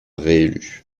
réélu